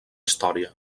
història